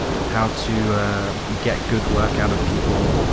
how to get good work out of people.